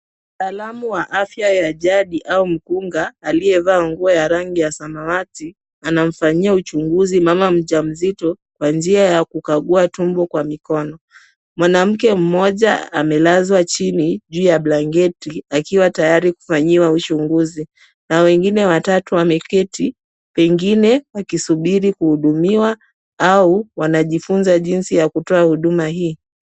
Mtaalamu wa jadi wa afya au mkunga aliyevaa nguo ya rangi samawati anamfanyia uchunguzi mama mjamzito kwa njia ya kukagua tumbo kwa mikono. Mwanamke mmoja amelazwa chini juu ya blanketi akiwa tayari kufanyiwa uchunguzi na wengine watatu wameketi pengine wakisubiri kuhudumiwa au wanajifunza jinsi ya kutoa huduma hii.